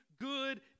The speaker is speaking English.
good